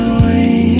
away